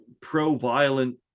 pro-violent